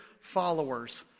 followers